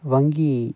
வங்கி